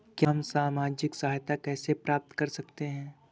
हम सामाजिक सहायता कैसे प्राप्त कर सकते हैं?